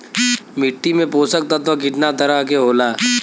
मिट्टी में पोषक तत्व कितना तरह के होला?